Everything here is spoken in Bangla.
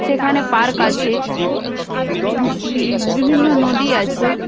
সেখানে পার্ক আছে বিভিন্ন নদী আছে